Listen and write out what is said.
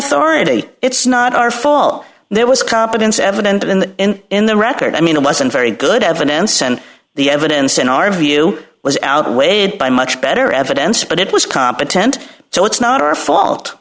authority it's not our fault there was competence evident in the in in the record i mean it wasn't very good evidence and the evidence in our view was outweighed by much better evidence but it was competent so it's not our fault